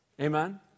Amen